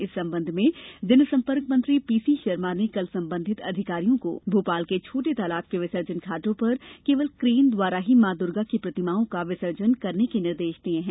इस संबंध में जनसम्पर्क मंत्री पीसी शर्मा ने कल संबंधित अधिकारियों को भोपाल के छोटे तालाब के विसर्जन घाटों पर केवल क्रेन द्वारा ही मां दर्गा की प्रतिमाओं का विसर्जन के निर्देश दिए हैं